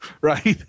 Right